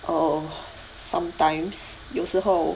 oh sometimes 有时候